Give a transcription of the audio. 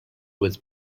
with